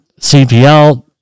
CPL